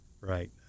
Right